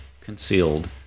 concealed